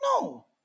No